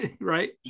right